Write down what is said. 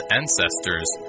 ancestors